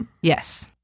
Yes